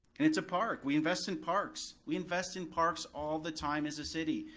and it's a park, we invest in parks. we invest in parks all the time as a city.